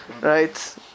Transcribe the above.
right